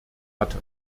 hatte